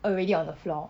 already on the floor